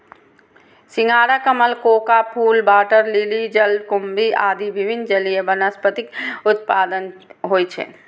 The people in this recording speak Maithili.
सिंघाड़ा, कमल, कोका फूल, वाटर लिली, जलकुंभी आदि विभिन्न जलीय वनस्पतिक उत्पादन होइ छै